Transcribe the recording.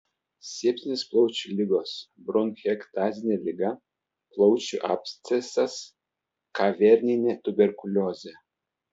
sepsinės plaučių ligos bronchektazinė liga plaučių abscesas kaverninė tuberkuliozė